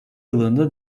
yılında